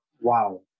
wow